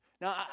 Now